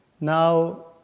Now